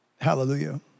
Hallelujah